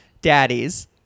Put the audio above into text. daddies